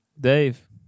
Dave